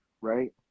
right